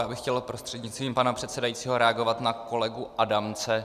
Já bych chtěl prostřednictvím pana předsedajícího reagovat na kolegu Adamce.